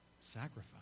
sacrifice